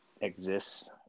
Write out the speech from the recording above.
exists